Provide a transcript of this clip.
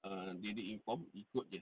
err they did inform ikut jer